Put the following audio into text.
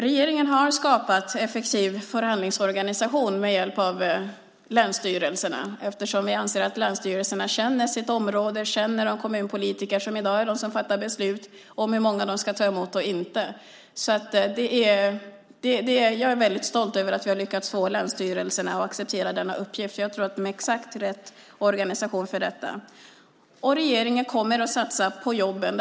Regeringen har skapat en effektiv förhandlingsorganisation med hjälp av länsstyrelserna. Vi anser att länsstyrelserna känner sina områden, känner de kommunpolitiker som i dag är de som fattar beslut om hur många de ska ta emot. Jag är väldigt stolt över att vi lyckats få länsstyrelserna att acceptera den uppgiften. Jag tror att det är precis rätt organisation för detta. Regeringen kommer att satsa på jobben.